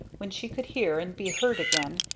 when she could hear and be heard again,